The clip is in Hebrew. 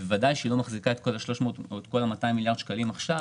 היא בוודאי לא מחזיקה את כל ה-200 מיליארד שקלים האלה עכשיו,